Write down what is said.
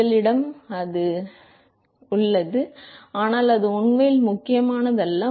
எங்களிடம் அது நல்லது நல்லது மற்றும் நல்லது ஆனால் அது உண்மையில் முக்கியமானது அல்ல